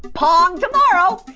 pong tomorrow.